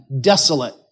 desolate